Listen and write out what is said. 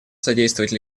содействовать